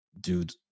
dude